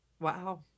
Wow